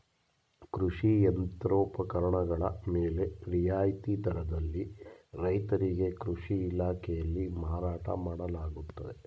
ಕೃಷಿ ಯಂತ್ರೋಪಕರಣಗಳ ಮೇಲೆ ರಿಯಾಯಿತಿ ದರದಲ್ಲಿ ರೈತರಿಗೆ ಕೃಷಿ ಇಲಾಖೆಯಲ್ಲಿ ಮಾರಾಟ ಮಾಡಲಾಗುತ್ತದೆ